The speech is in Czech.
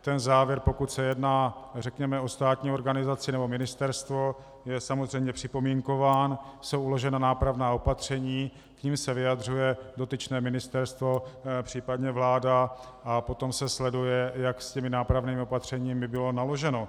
Ten závěr, pokud se jedná řekněme o státní organizaci nebo ministerstvo, je samozřejmě připomínkován, jsou uložena nápravná opatření, k nim se vyjadřuje dotyčné ministerstvo, příp. vláda, a potom se sleduje, jak s těmi nápravnými opatřeními bylo naloženo.